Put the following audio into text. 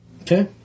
Okay